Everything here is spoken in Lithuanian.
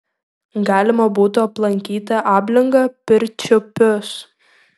galima būtų aplankyti ablingą pirčiupius